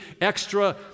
extra